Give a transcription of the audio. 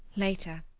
later.